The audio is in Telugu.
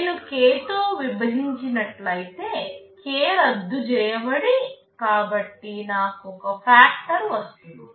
నేను k తో విభజించినట్లయితే k రద్దు చేయబడి కాబట్టి నాకు ఒక ఫ్యాక్టర్ వస్తుంది